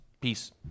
Peace